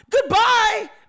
Goodbye